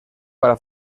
para